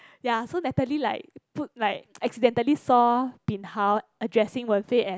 ya so Natalie like put like accidentally saw bin hao addressing Wen Fei as